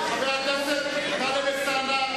חבר הכנסת טלב אלסאנע,